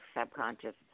subconscious